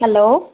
hello